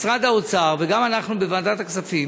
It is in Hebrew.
משרד האוצר, וגם אנחנו בוועדת הכספים,